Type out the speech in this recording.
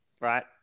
right